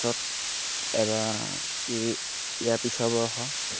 পিছত এবাৰ এই ইয়াৰ পিছৰবৰ্ষ